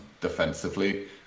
defensively